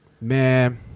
man